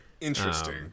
Interesting